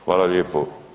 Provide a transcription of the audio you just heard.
Hvala lijepo.